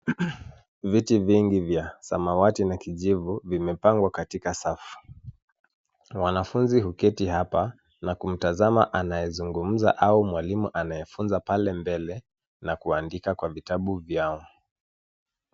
Viti vingi vya samawati na kijivu vimepangwa katika safu, wanafunzi huketi hapa na kumtazama anaezungumza au mwalimu anayefunza pale mbele na kuandika kwa viabu vyao.